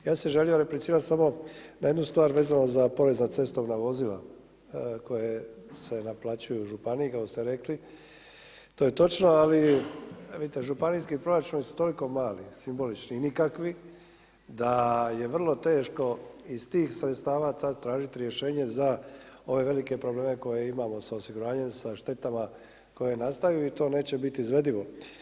Ja sam želio replicirati samo na jednu stvar vezano za porez na cestovna vozila koje se naplaćuju u županiji kao što ste rekli, to je točno ali vidite, županijski proračuni su toliko mali, simbolični i nikakvi da je vrlo teško iz tih sredstava sada tražiti rješenje za ove velike probleme koje imamo sa osiguranjem, sa štetama koje nastaju i to neće biti izvedivo.